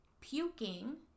puking